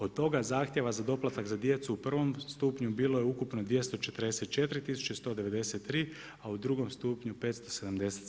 Od toga zahtjeva za doplatak za djecu u prvom stupnju bilo je ukupno 244 tisuće i 193 a u drugom stupnju 577.